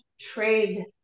trade